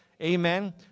Amen